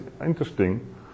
interesting